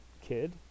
kid